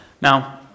Now